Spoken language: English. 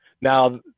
Now